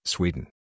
Sweden